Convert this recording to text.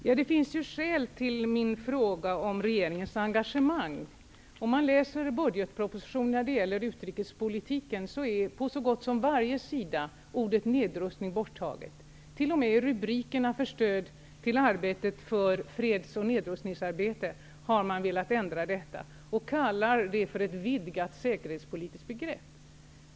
Herr talman! Det finns skäl till min fråga om regeringens engagemang. Om man läser den del av budgetpropositionen som gäller utrikespolitiken, finner man att ordet nedrustning är borttaget på så gott som varje sida. T.o.m. i rubrikerna för stöd till freds och nedrustningsarbete har man velat ändra detta och kallar det för ett vidgat säkerhetspolitiskt begrepp.